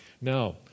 Now